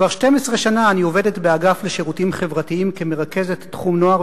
כבר 12 שנה אני עובדת באגף לשירותים חברתיים כמרכזת תחום נוער